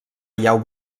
llau